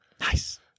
Nice